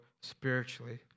spiritually